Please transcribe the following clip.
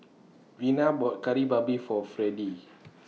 Vena bought Kari Babi For Freddie